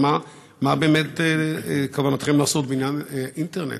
ומה באמת כוונתכם לעשות בעניין האינטרנט?